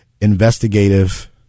investigative